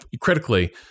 critically